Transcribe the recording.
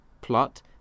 plot